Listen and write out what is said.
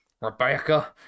Rebecca